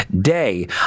day